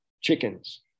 chickens